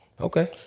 Okay